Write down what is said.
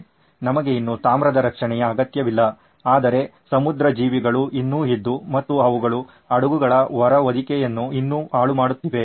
ನಮಗೆ ಇನ್ನು ತಾಮ್ರದ ರಕ್ಷಣೆಯ ಅಗತ್ಯವಿಲ್ಲ ಆದರೆ ಸಮುದ್ರ ಜೀವಿಗಳು ಇನ್ನೂ ಇದ್ದು ಮತ್ತು ಅವುಗಳು ಹಡಗುಗಳ ಹೊರಹೊದಿಕೆಯನ್ನು ಇನ್ನೂ ಹಾಳುಮಾಡುತ್ತಿದೆ